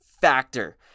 factor